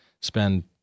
spend